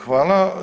Hvala.